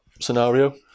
scenario